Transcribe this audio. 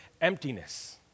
emptiness